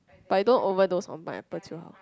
but you don't overdose on pineapple 极好